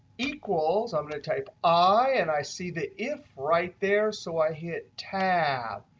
equals, i'm going to type i, and i see the if right there, so i hit tab.